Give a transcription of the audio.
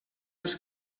els